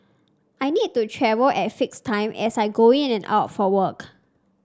I need to travel at fixed times as I go in and out for work